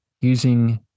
Using